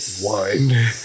one